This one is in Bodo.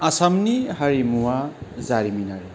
आसामनि हारिमुवा जारिमिनारि